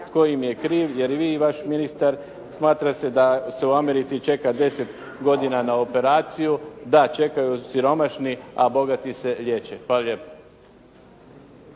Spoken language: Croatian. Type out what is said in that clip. tko im je kriv, jer vi i vaš ministar smatra se da se u Americi čeka 10 godina na operaciju, da čekaju siromašni, a bogati se liječe. Hvala lijepo.